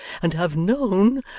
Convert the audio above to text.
and have known,